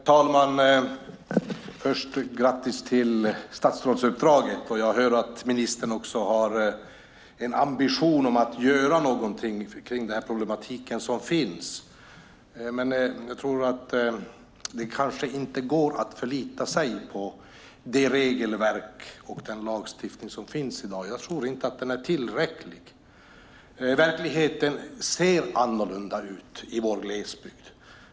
Herr talman! Grattis till statsrådsuppdraget, Anna-Karin Hatt! Jag hör att ministern har en ambition att göra något när det gäller den problematik som finns. Men kanske går det inte att förlita sig på det regelverk och den lagstiftning som i dag finns. Jag tror inte att lagstiftningen är tillräcklig. Verkligheten ser annorlunda ut i vår glesbygd.